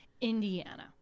Indiana